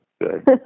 Good